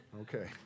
Okay